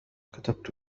كتبت